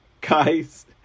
guys